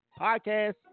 podcast